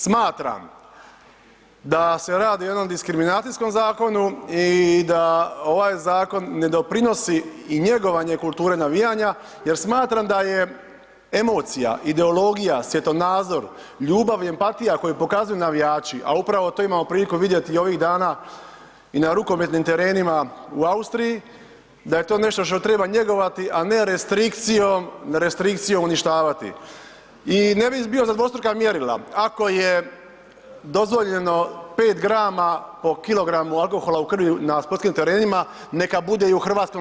Smatram da se radi o jednom diskriminacijskom zakonu i da ovaj zakon ne doprinosi i njegovanje kulture navijanja jer smatram da je emocija, ideologija, svjetonazor, ljubav i empatija koju pokazuju navijači, a upravo to imamo priliku vidjeti i ovih dana i na rukometnim terenima u Austriji, da je to nešto šta treba njegovati, a ne restrikcijom, restrikcijom uništavati i ne bi bio za dvostruka mjerila, ako je dozvoljeno 5 grama po kilogramu alkohola u krvi na sportskim terenima, neka bude i u HS, a to slučaj nije.